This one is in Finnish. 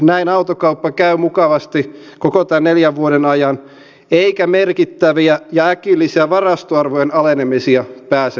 näin autokauppa käy mukavasti koko tämän neljän vuoden ajan eikä merkittäviä ja äkillisiä varastoarvojen alenemisia pääse tapahtumaan